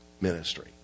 ministry